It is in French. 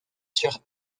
sur